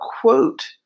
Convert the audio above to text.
quote